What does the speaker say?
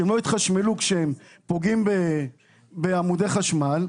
שהן לא יתחשמלו כשהן פוגעות בעמודי חשמל,